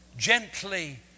gently